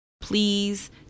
Please